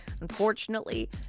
unfortunately